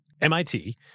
MIT